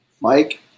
Mike